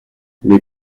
les